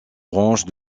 branche